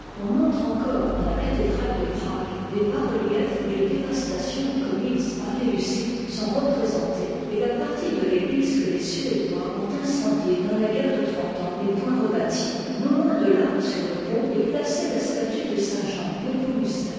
on montre encore dans la cathédrale de prague des bas-reliefs où les dévastations commises par teshussites sont représentées et la partie de l'église que les suédois ont incendiée dans la guerre de trente ans n'est point rebâtie non loin de là sur le pont est placée la statue de